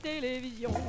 télévision